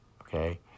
okay